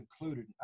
included